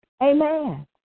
Amen